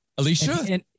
Alicia